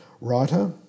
writer